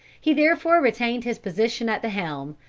he therefore retained his position at the helm,